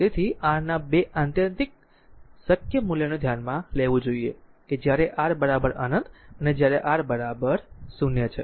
તેથી તેથી R ના 2 આત્યંતિક શક્ય મૂલ્યોને ધ્યાનમાં લેવું જોઈએ કે જ્યારે R અનંત અને જ્યારે R 0 છે